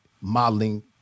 modeling